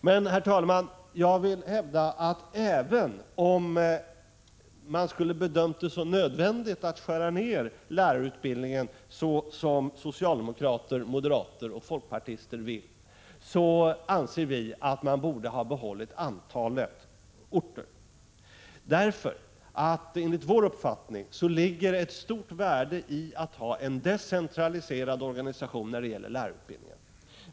Men, herr talman, även om vi i likhet med socialdemokrater, moderater och folkpartister hade bedömt det som nödvändigt att skära ned lärarutbildningen, skulle vi ha ansett att antalet utbildningsorter borde ha bibehållits. Enligt vår uppfattning ligger det nämligen ett stort värde i att ha en decentraliserad organisation för lärarutbildningen.